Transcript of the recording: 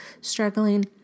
struggling